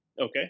okay